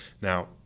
Now